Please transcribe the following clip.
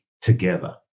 together